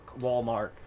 Walmart